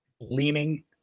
leaning